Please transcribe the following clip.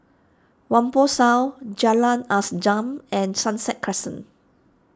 Whampoa South Jalan and Sunset Crescent